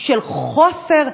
של חוסר,